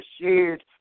shared